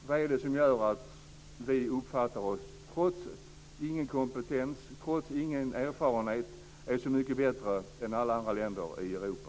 Vad är det som gör att vi, trots att vi inte har någon kompetens och erfarenhet, är så mycket bättre än alla andra länder i Europa?